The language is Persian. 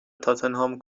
تاتنهام